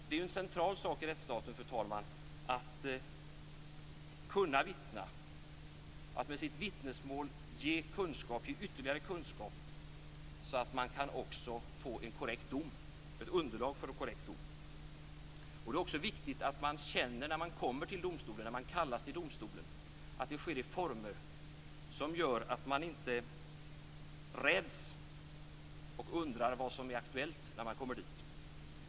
Det är en central sak i rättsstaten, fru talman, att kunna vittna, att med sitt vittnesmål ge ytterligare kunskap som underlag för en korrekt dom. Det är också viktigt att kallelsen till och bemötandet i en domstol sker i former som gör att man inte räds och undrar vad som är aktuellt när man kommer dit.